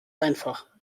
einfach